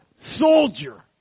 soldier